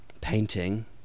painting